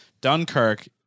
Dunkirk